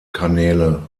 kanäle